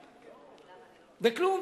וכלום,